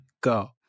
go